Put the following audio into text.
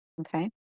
okay